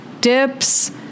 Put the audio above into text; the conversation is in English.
dips